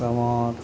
ତମର୍